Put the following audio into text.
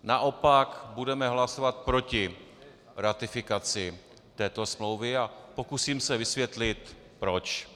Naopak budeme hlasovat proti ratifikaci této smlouvy a pokusím se vysvětlit proč.